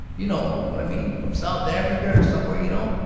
you know what i mean, from south africa or somewhere, you know.